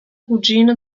cugino